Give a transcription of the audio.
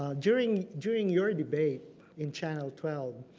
ah during during your debate in channel twelve,